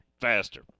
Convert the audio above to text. faster